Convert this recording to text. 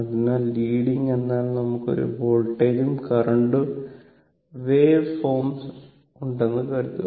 അതിനാൽ ലീഡിംഗ് എന്നാൽ നമുക്ക് ഒരു വോൾട്ടേജും കറന്റ് വേവ് ഫോംസ് ഉണ്ടെന്ന് കരുതുക